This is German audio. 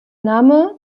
name